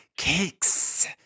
cakes